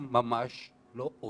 שהאינטרנט שם ממש לא עובד.